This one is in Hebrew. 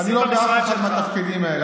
אני לא באף אחד מהתפקידים האלה.